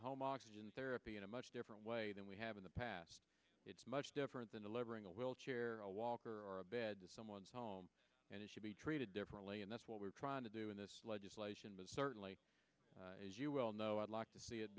home oxygen therapy in a much different way than we have in the past it's much different than a lever in a wheelchair a walker or a bad someone's home and it should be treated differently and that's what we're trying to do in this legislation but certainly as you well know i'd like to